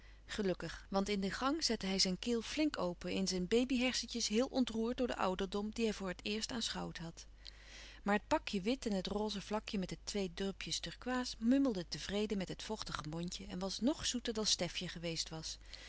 gelukkig want in de gang zette hij zijn keel flink open in zijn babyhersentjes heel ontroerd door de ouderdom die hij voor het eerst aanschouwd had maar het pakje wit en het roze vlakje met de twee drupjes turkoois mummelde tevreden met het vochtige mondje en was ng zoeter dan stefje geweest was